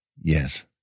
Yes